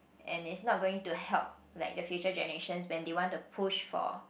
and it's not going to help like the future generations when they want to push for